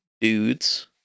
dudes